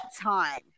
time